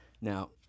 now